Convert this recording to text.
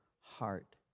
heart